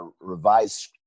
revised